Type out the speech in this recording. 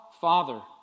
Father